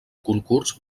concurs